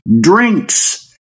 drinks